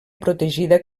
protegida